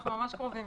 (ב)